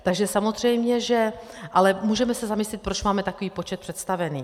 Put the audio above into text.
Takže samozřejmě že... ale můžeme se zamyslet, proč máme takový počet představených.